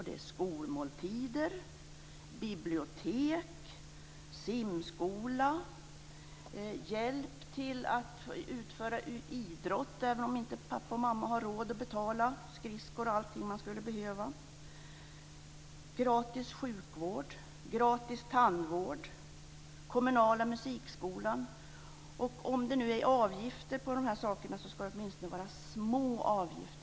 Det är skolmåltider, bibliotek, simskola, hjälp till att utöva idrott även om inte pappa och mamma skulle ha råd att betala skridskor och annat man behöver, gratis sjukvård, gratis tandvård, kommunala musikskolan. Om det nu är avgifter på dessa ska de åtminstone vara små.